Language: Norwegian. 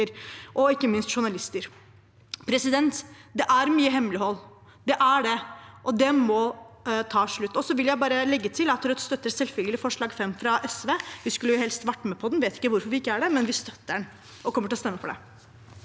og ikke minst journalister. Det er mye hemmelighold, det er det, og det må ta slutt. Så vil jeg bare legge til at Rødt selvfølgelig støtter forslag nr. 5, fra SV. Vi skulle helst vært med på det. Jeg vet ikke hvorfor vi ikke er det, men vi støtter det og kommer til å stemme for det.